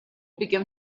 became